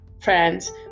friends